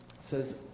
says